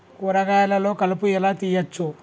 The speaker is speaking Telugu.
కూరగాయలలో కలుపు ఎలా తీయచ్చు?